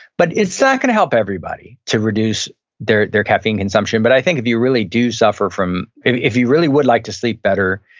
but it's not gonna help everybody to reduce their their caffeine consumption, but i think if you really do suffer from, if you really would like to sleep better,